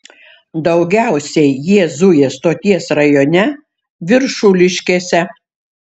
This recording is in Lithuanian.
daugiausiai jie zuja stoties rajone viršuliškėse